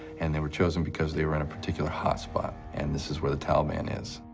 and they were chosen because they were in a particular hotspot, and this is where the taliban is.